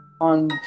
on